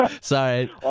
Sorry